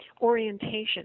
orientation